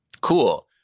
cool